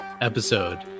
episode